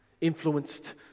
influenced